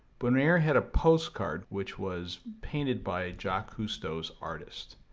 bonaire had a postcard which was painted by jacques cousteau's artist.